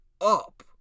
up